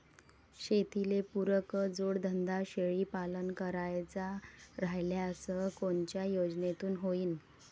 शेतीले पुरक जोडधंदा शेळीपालन करायचा राह्यल्यास कोनच्या योजनेतून होईन?